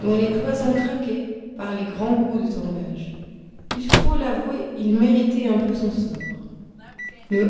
dont les cloisons craquaient par les grands coups de tangage il faut l'avouer il méritait un peu son sort le